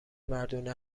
مردونه